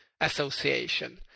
association